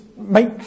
make